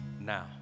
now